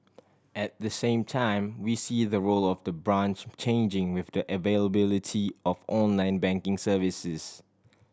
at the same time we see the role of the branch changing with the availability of online banking services